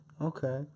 okay